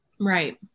Right